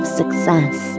success